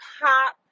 pop